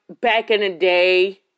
back-in-the-day